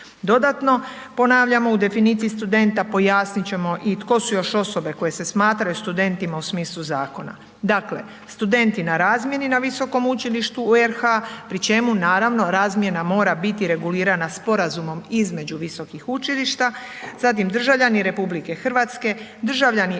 Dodatno, ponavljamo u definiciji studenta pojasnit ćemo i tko su još osobe koje se smatraju studentima u smislu zakona. Dakle, studenti na razmjeni na visokom učilištu u RH pri čemu naravno razmjena mora biti regulirana sporazumom između visokih učilišta, zatim državljani RH, državljani